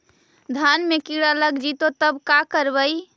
धान मे किड़ा लग जितै तब का करबइ?